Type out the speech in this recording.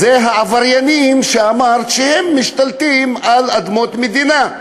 אלה העבריינים שאמרת שהם משתלטים על אדמות מדינה.